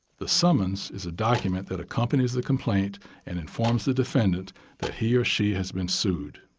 the summons is a document that accompanies the complaint and informs the defendant that he or she has been sued.